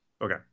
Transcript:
Okay